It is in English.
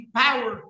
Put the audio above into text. power